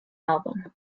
album